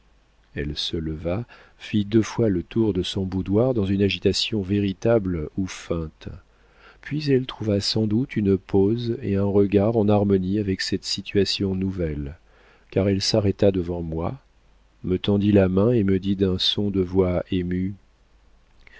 elle se leva fit deux fois le tour de son boudoir dans une agitation véritable ou feinte puis elle trouva sans doute une pose et un regard en harmonie avec cette situation nouvelle car elle s'arrêta devant moi me tendit la main et me dit d'un son de voix ému